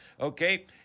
Okay